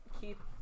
keep